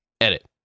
edit